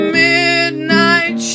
midnight